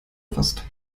fast